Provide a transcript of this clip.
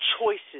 choices